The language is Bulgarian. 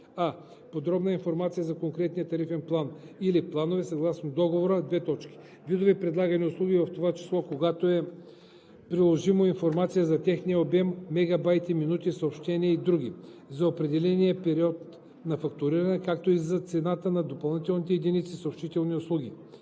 а) подробна информация за конкретния тарифен план или планове съгласно договора: видове предлагани услуги, в това число, когато е приложимо, информация за техния обем (мегабайти, минути, съобщения и др.) за определения период на фактуриране, както и за цената на допълнителните единици съобщителни услуги;